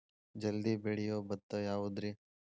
ಜಲ್ದಿ ಬೆಳಿಯೊ ಭತ್ತ ಯಾವುದ್ರೇ?